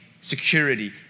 security